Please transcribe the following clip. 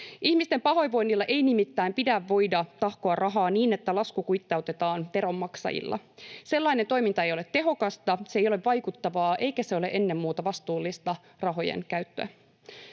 Ihmisten pahoinvoinnilla ei nimittäin pidä voida tahkoa rahaa niin, että lasku kuittautetaan veronmaksajilla. Sellainen toiminta ei ole tehokasta, se ei ole vaikuttavaa, eikä se ole ennen muuta vastuullista rahojen käyttöä.